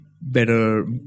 better